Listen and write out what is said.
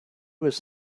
was